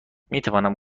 میتوانم